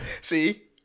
See